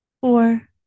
four